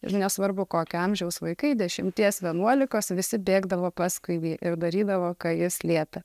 ir nesvarbu kokio amžiaus vaikai dešimties vienuolikos visi bėgdavo paskui ir darydavo ką jis liepė